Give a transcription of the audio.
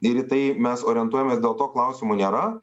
ir į tai mes orientuojamės dėl to klausimų nėra